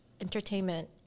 entertainment